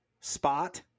spot